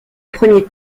premier